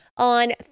on